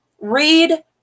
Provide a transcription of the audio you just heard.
Read